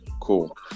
cool